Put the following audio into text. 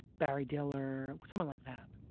barry diller, someone like that.